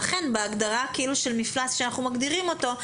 לכן בהגדרה של מפלס שאנחנו מגדירים אותו,